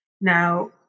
Now